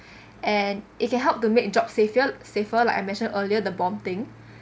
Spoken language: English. and it can help to make job safer safer like I mentioned earlier the bomb thing